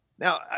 Now